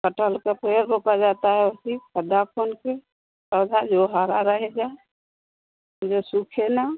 कटहल का पेड़ रोपा जाता है उसी खद्दा खोदकर पौधा जो हरा रहेगा जो सूखे न